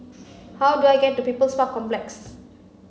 how do I get to People's Park Complex